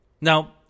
Now